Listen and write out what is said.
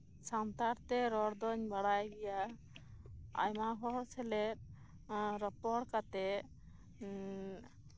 ᱥᱟᱱᱛᱟᱲ ᱛᱮ ᱨᱚᱲ ᱫᱚᱧ ᱵᱟᱲᱟᱭ ᱜᱮᱭᱟ ᱟᱭᱢᱟ ᱦᱚᱲ ᱥᱮᱞᱮᱫ ᱨᱚᱯᱚᱲ ᱠᱟᱛᱮᱜ